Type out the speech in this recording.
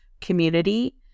community